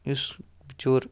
یُس بِچیٛور